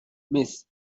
miss